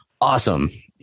Awesome